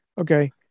Okay